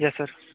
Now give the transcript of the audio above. yes sir